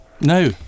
No